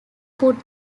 put